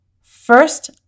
first